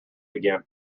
again